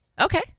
Okay